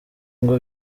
ngo